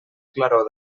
claror